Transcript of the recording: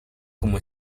como